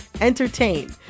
entertain